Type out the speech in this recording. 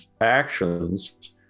actions